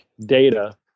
data